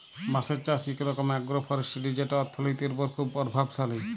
বাঁশের চাষ ইক রকম আগ্রো ফরেস্টিরি যেট অথ্থলিতির উপর খুব পরভাবশালী